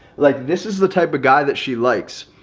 like this is the type of guy that she likes.